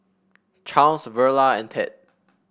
Charles Verla and Ted